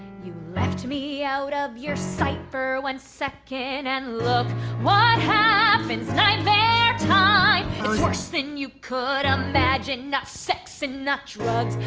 you left me out of your sight for one second and look what happens, nightmare time. i it's worse than you could imagine not sex and not drugs,